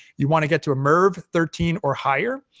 you want to get to a merv thirteen or higher.